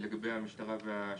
המעטפת במשטרה ובשב"ס.